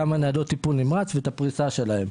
כמה ניידות טיפול נמרץ ואת הפריסה שלהם.